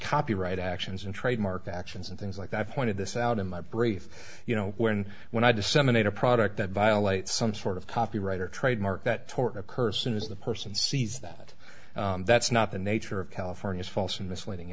copyright actions and trademark actions and things like i pointed this out in my brief you know when when i disseminate a product that violates some sort of copyright or trademark that torta kirsan is the person sees that that's not the nature of california's false and misleading